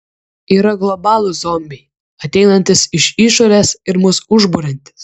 yra globalūs zombiai ateinantys iš išorės ir mus užburiantys